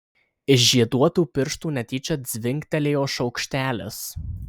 iš žieduotų pirštų netyčia dzingtelėjo šaukštelis